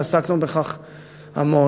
ועסקנו בכך המון,